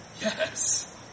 Yes